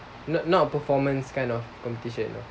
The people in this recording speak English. not not a performance kind of competition lah